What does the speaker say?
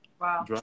Wow